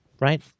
right